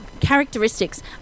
characteristics